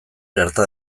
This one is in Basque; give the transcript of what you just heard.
gerta